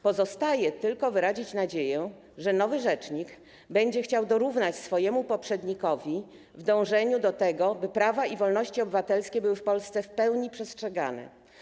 Pozostaje tylko wyrazić nadzieję, że nowy rzecznik będzie chciał dorównać swojemu poprzednikowi w dążeniu do tego, by prawa i wolności obywatelskie były w Polsce w pełni przestrzegane.